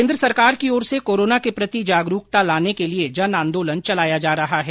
केन्द्र सरकार की ओर से कोरोना के प्रति जागरूकता लाने के लिए जन आंदोलन चलाया जा रहा है